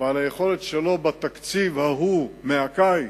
ועל היכולת שלו בתקציב ההוא מהקיץ,